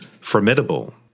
formidable